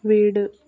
വീട്